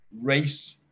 race